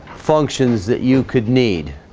functions that you could need